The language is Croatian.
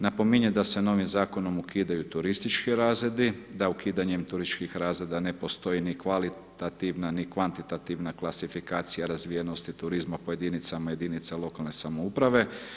Napominjem da se novim zakonom ukidaju turistički razredi, da ukidanjem turističkih razreda ne postoji ni kvalitativna ni kvantitativna klasifikacija razvijenosti turizma po jedincima lokalne samouprave.